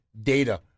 data